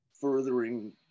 furthering